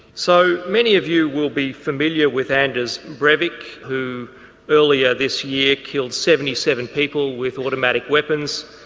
so, many of you will be familiar with anders brevik who earlier this year killed seventy seven people with automatic weapons,